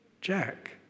Jack